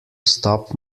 stop